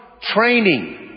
Training